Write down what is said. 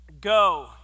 Go